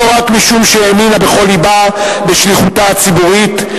לא רק משום שהאמינה בכל לבה בשליחותה הציבורית,